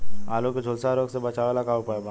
आलू के झुलसा रोग से बचाव ला का उपाय बा?